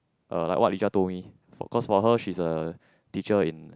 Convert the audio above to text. uh like what told me for cause for her she's a teacher in